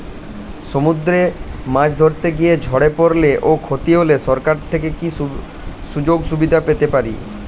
সমুদ্রে মাছ ধরতে গিয়ে ঝড়ে পরলে ও ক্ষতি হলে সরকার থেকে কি সুযোগ সুবিধা পেতে পারি?